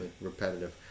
repetitive